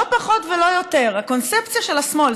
לא פחות ולא יותר, הקונספציה של השמאל.